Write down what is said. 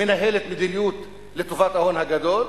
מנהלת מדיניות לטובת ההון הגדול,